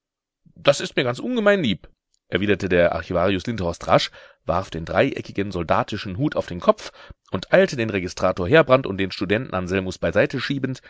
das ist mir ganz ungemein lieb erwiderte der archivarius lindhorst rasch warf den dreieckigen soldatischen hut auf den kopf und eilte den registrator heerbrand und den studenten anselmus beiseite schiebend